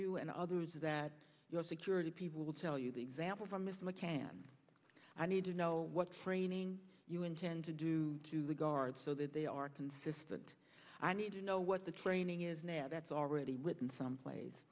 you and others that your security people will tell you the example from mr mccann i need to know what training you intend to do to the guard so that they are consistent i need to know what the training is now that's already within some pla